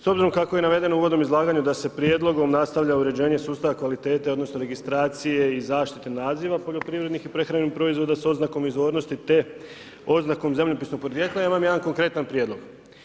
S obzirom kako je navedeno u uvodnom izlaganju da se prijedlogom nastavlja uređenje sustava kvalitete, odnosno registracije i zaštite naziva poljoprivrednih i prehrambenih proizvoda s oznakom izvornosti te oznakom zemljopisnog podrijetla ja imam jedan konkretan prijedlog.